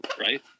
right